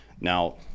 Now